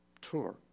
tour